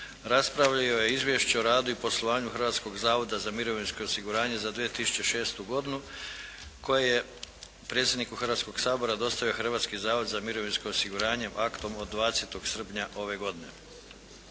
raspravio je Izvješće o radu i poslovanju Hrvatskog zavoda za mirovinsko osiguranje za 2006. godinu koje je predsjedniku Hrvatskog sabora dostavio Hrvatski zavod za mirovinsko osiguranje aktom od 20. srpnja ove godine.